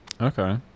okay